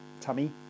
tummy